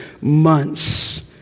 months